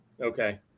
okay